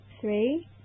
three